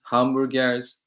Hamburgers